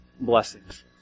blessings